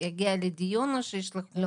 יגיעו לדיון או שישלחו?